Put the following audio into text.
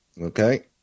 okay